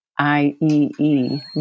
IEE